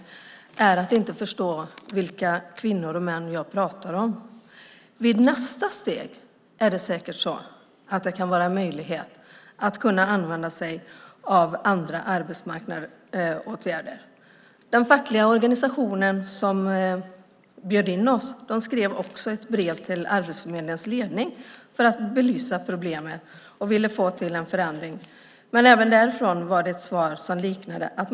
Då har han inte förstått vilka kvinnor och män jag pratar om. I nästa steg kan det säkert vara en möjlighet att använda sig av andra arbetsmarknadsåtgärder. Den fackliga organisation som bjöd in oss skrev också ett brev till Arbetsförmedlingens ledning för att belysa problemet och få till en förändring. Men även därifrån kom ett svar som liknade detta.